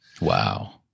Wow